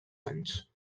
anys